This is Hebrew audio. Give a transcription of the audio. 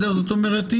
זאת אומרת,